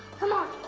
come on!